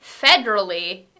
federally